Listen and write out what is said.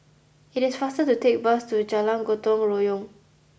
it is faster to take the bus to Jalan Gotong Royong